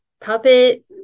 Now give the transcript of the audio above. puppet